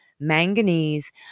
manganese